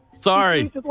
Sorry